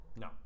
No